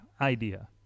idea